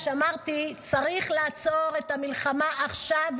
כשאמרתי שצריך לעצור את המלחמה עכשיו,